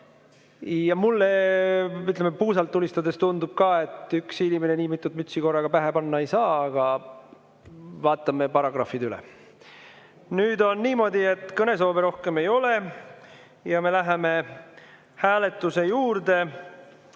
ütleme, puusalt tulistades tundub ka, et üks inimene nii mitut mütsi korraga pähe panna ei saa. Aga vaatame paragrahvid üle. Nüüd on niimoodi, et kõnesoove rohkem ei ole ja me läheme hääletuse juurde.